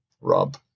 Rob